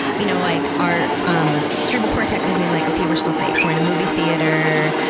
you know like our um cerebral cortex is being like, okay, we're still safe. we're in a movie theater,